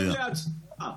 חבר הכנסת אלון שוסטר, בבקשה.